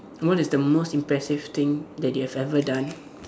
what is the most impressive thing that you have ever done